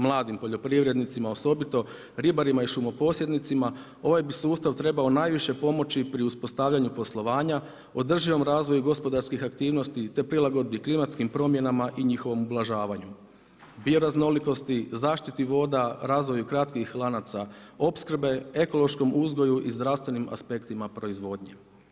Mladim poljoprivrednicima osobito, ribarima i šumoposjednicima ovaj bi sustav trebao najviše pomoći pri uspostavljanju poslovanja, održivom razvoju i gospodarskih aktivnosti te prilagodbi klimatskim promjenama i njihovom ublažavanju, bio raznolikosti, zaštiti voda, razvoju kratkih lanaca opskrbe, ekološkom uzgoju i zdravstvenim aspektima proizvodnje.